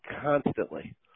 constantly